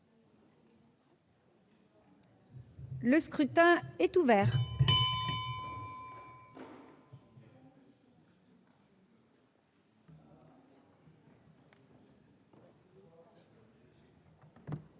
Le scrutin est ouvert.